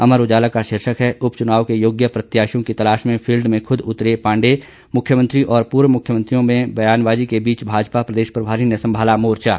अमर उजाला का शीर्षक है उपचुनाव के योग्य प्रत्यायिशों की तलाश में फील्ड में खुद उतरे पांडे मुख्यमंत्री और पूर्व मुख्यमंत्रियों में बयानबाजी के बीच भाजपा प्रदेश प्रभारी ने संभाला मोर्चा